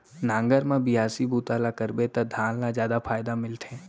नांगर म बियासी बूता ल करबे त धान ल जादा फायदा मिलथे